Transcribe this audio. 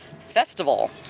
festival